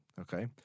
Okay